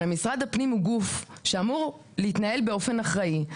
הרי משרד הפנים הוא גוף שאמור להתנהל באופן אחראי.